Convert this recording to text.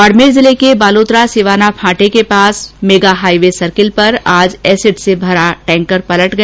बाड़मेर जिले के बालोतरा सिवाना फांटे के पास मेगाहाइवे सर्किल पर एसिड भरा टैंकर पलट गया